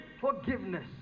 forgiveness